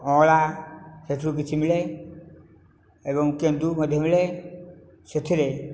ଅଅଁଳା ସେଥିରୁ କିଛି ମିଳେ ଏବଂ କେନ୍ଦୁ ମଧ୍ୟ ମିଳେ ସେଥିରେ